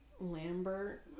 Lambert